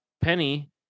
Penny